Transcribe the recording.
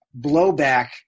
blowback